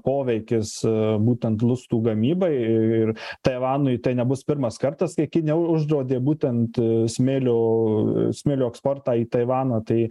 poveikis būtent lustų gamybai ir taivanui tai nebus pirmas kartas kai kinija uždraudė būtent smėlio smėlio eksportą į taivaną tai